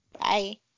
bye